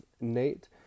Nate